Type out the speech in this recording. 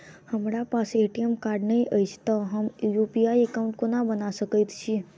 हमरा पास ATM card नहि अछि तए हम यु.पी.आई एकॉउन्ट कोना बना सकैत छी